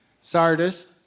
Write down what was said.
Sardis